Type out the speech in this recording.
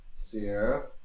Sierra